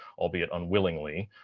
albeit unwillingly,